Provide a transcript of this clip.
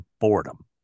boredom